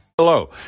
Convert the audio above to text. Hello